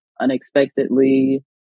unexpectedly